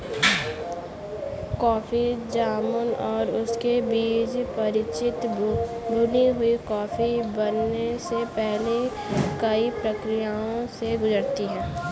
coffee जामुन और उनके बीज परिचित भुनी हुई कॉफी बनने से पहले कई प्रक्रियाओं से गुजरते हैं